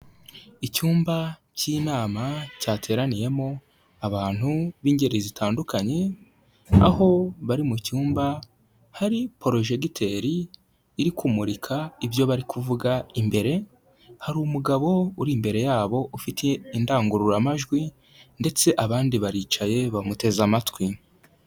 Icyumba cy'inama cyateraniyemo abantu b'ingeri zitandukanye, aho bari mu cyumba, hari porojegiteri iri kumurika ibyo bari kuvuga imbere, hari umugabo uri imbere yabo ufite indangururamajwi, ndetse abandi baricaye bamuteze amatwi.